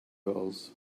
gulls